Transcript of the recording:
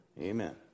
Amen